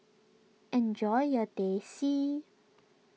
enjoy your Teh C